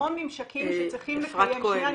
המון ממשקים שצריכים --- אפרת כהן --- שנייה,